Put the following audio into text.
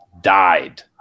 died